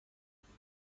ماشین